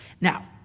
Now